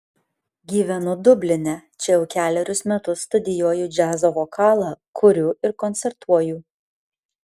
gyvenu dubline čia jau kelerius metus studijuoju džiazo vokalą kuriu ir koncertuoju